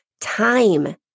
time